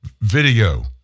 video